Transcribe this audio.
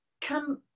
come